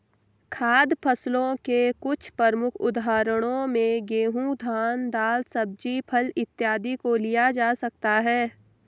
खाद्य फसलों के कुछ प्रमुख उदाहरणों में गेहूं, धान, दाल, सब्जी, फल इत्यादि को लिया जा सकता है